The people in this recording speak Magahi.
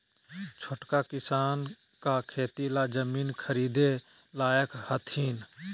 छोटका किसान का खेती ला जमीन ख़रीदे लायक हथीन?